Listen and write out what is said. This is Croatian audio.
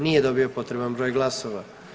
Nije dobio potreban broj glasova.